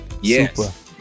yes